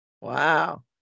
Wow